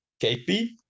KP